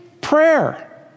prayer